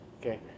okay